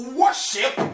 worship